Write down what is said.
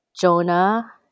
Jonah